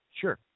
Sure